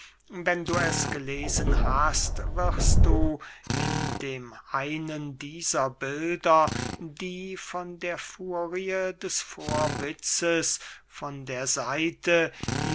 wenn du es gelesen hast wirst du in dem einen dieser bilder die von der furie des vorwitzes von der seite